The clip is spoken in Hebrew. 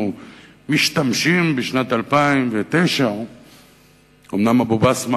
משתמשים בה בשנת 2009. אומנם אבו-בסמה,